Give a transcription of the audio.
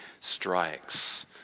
strikes